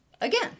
again